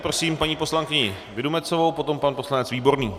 Prosím paní poslankyni Vildumetzovou, potom pan poslanec Výborný.